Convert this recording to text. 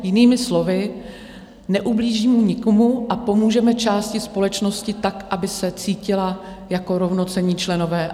Jinými slovy, neublížím nikomu a pomůžeme části společnosti tak, aby se cítila jako rovnocenní členové.